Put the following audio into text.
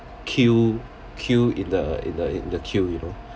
queue queue in the in the in the queue you know